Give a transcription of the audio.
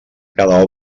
cada